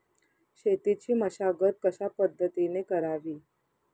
शेतीची मशागत कशापद्धतीने करावी?